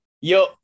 yo